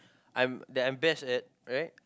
I'm that I'm best at right